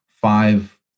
five